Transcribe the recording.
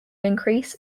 increase